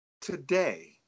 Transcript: today